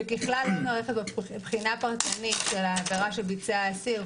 וככלל לא נערכת בו בחינה פרטנית של העבירה שביצע האסיר,